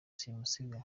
simusiga